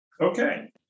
Okay